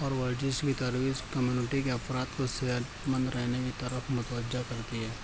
اور ورزش کی سروس کمیونٹی کے افراد کو صحت مند رہنے میں طرف متوجہ کرتی ہے